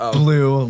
blue